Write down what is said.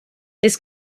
this